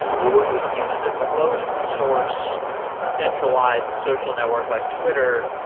when we use a closed source centralized social networks like twitter,